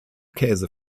käse